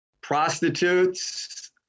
prostitutes